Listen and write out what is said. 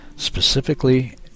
specifically